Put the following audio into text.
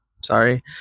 Sorry